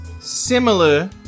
similar